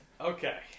okay